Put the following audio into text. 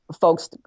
folks